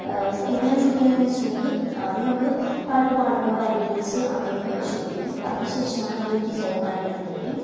എങ്ങനെയാണ് ഷൂട്ട് ചെയ്യുന്നേന്ന് വച്ചിട്ടുണ്ടെങ്കിൽ ആദ്യം നമ്മള് പാട്ടു പാടുന്ന പോലെ അഭിനയിച്ച് അങ്ങനെയൊക്കെ ഷൂട്ട് ചെയ്യും അതിന് ശേഷമാണ് അതിലേക്ക് സോങ് ആഡ് ചെയ്യുന്നതൊക്കെ